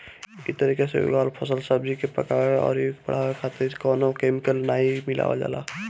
इ तरीका से उगावल फल, सब्जी के पकावे अउरी बढ़ावे खातिर कवनो केमिकल नाइ मिलावल जाला